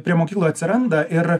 prie mokyklų atsiranda ir